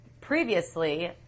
previously